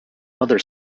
other